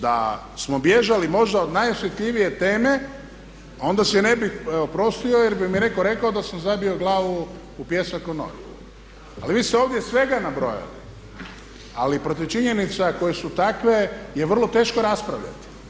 Da smo bježali možda od najosjetljivije teme, onda se ne bi oprostio jer mi bi netko rekao da sam zabio glavu u pijesak u novinama ali vi ste ovdje svega nabrojali ali protiv činjenica koje su takve je vrlo teško raspravljati.